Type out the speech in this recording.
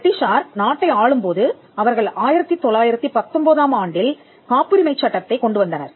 பிரிட்டிஷார் நாட்டை ஆளும் போது அவர்கள் 1919 ஆம் ஆண்டில் காப்புரிமை சட்டத்தைக் கொண்டுவந்தனர்